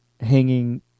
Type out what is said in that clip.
hanging